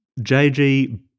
JG